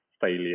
failure